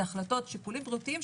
אלה החלטות ושיקולים בריאותיים,